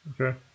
Okay